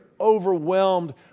overwhelmed